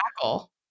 tackle